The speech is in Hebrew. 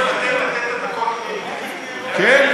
כן.